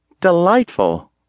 Delightful